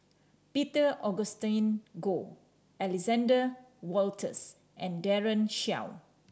Peter Augustine Goh Alexander Wolters and Daren Shiau